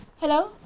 Hello